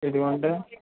ఇదిగోండి